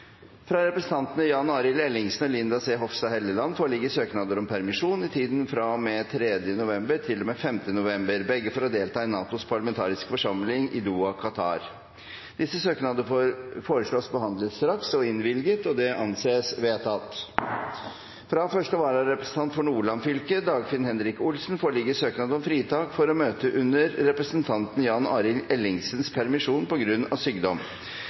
Fra representantene Jan Arild Ellingsen og Linda C. Hofstad Helleland foreligger søknader om permisjon i tiden fra og med 3. november til og med 5. november, begge for å delta i NATOs parlamentariske forsamling i Doha, Qatar. Disse søknadene foreslås behandlet straks og innvilget. – Det anses vedtatt. Fra første vararepresentant for Nordland fylke, Dagfinn Henrik Olsen, foreligger søknad om fritak for å møte under representanten Jan Arild Ellingsens permisjon på grunn av sykdom.